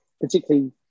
particularly